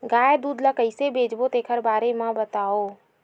गाय दूध ल कइसे बेचबो तेखर बारे में बताओ?